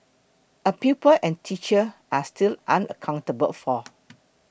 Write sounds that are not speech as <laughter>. a pupil and teacher are still unaccounted for <noise>